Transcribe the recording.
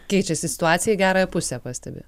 keičiasi situacija į gerąją pusę pastebi